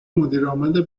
مدیرعامل